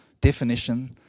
definition